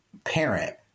Parent